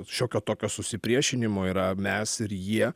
šiokio tokio susipriešinimo yra mes ir jie